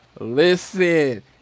listen